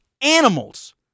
Animals